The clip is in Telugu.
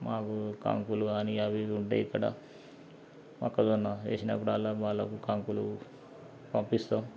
మాకు కానుకలు గానీ అవి ఇవి ఉంటాయి ఇక్కడ మొక్కజొన్న వేసినప్పుడల్లా వాళ్ళకు కానుకలు పంపిస్తాం